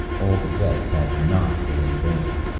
all the deaths had not been in vain.